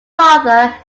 father